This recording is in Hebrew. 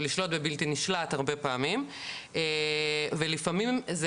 או לשלוט בבלתי נשלט הרבה פעמים ולפעמים זה